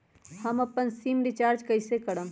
हम अपन SIM recharge कइसे करम?